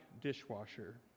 dishwasher